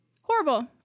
horrible